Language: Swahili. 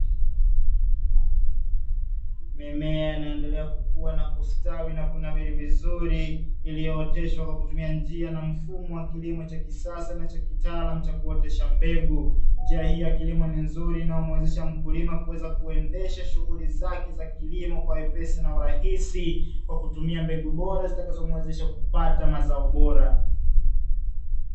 Mimea inaendelea kukua na kustawi na kunawiri vizuri ikiyooteshwa kwa kutumia njia na mfumo wa kilimo cha kisasa cha kitaalamu cha kuotesha mbegu, njia hii ya kilimo ni nzuri inayomuwezesha mkulima kuendesha shughuli zake za kilimo kwa wepesi na urahisi kwa kutumia mbegu bora zitakazo muwezesha kupata mazao bora.